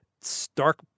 stark